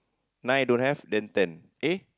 nine don't have then ten eh